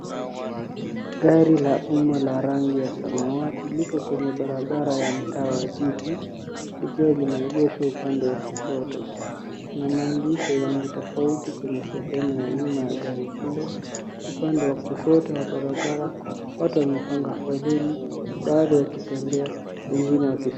Gari la umma la rangi ya samawati, lipo kwenye barabara wa mtaa wa jiji, likiwa limeegeshwa upande wa kushoto. Kuna maandishi ya rangi tofauti kwenye sehemu ya nyuma ya gari hilo. Upande wa kushoto wa barabara watu wamepanga foleni, baadhi wakitembea wengine wakisi(mama).